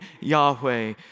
Yahweh